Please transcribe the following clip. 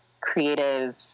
creative